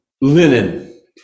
linen